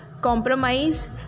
Compromise